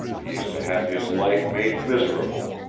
he is to have his life made miserable,